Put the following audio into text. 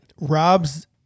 Rob's